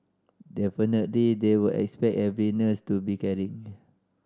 definitely they will expect every nurse to be caring